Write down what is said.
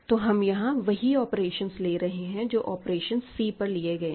तो हम यहां वही ऑपरेशंस ले रहे हैं जो ऑपरेशन C पर लिए गए हैं